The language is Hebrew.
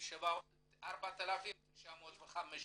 4,905 עולים,